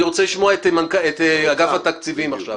אני רוצה לשמוע את אגף תקציבים עכשיו.